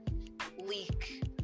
leak